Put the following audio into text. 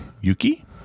Yuki